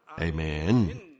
Amen